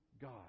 God